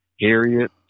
Harriet